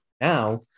now